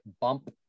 bump